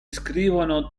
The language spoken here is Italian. scrivono